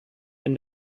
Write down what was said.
and